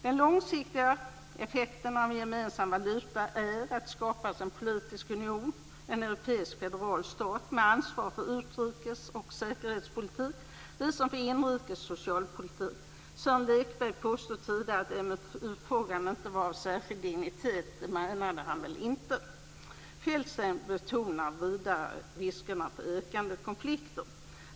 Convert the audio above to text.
Den långsiktiga effekten av en gemensam valuta är att det skapas en politisk union, en europeisk federal stat med ansvar för utrikes och säkerhetspolitik, liksom för inrikes och socialpolitik. Sören Lekberg påstod tidigare att EMU-frågan inte var av särskild dignitet, men det menade han väl inte. Martin Feldstein betonar också ökande risker för konflikter.